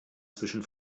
zwischen